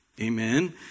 Amen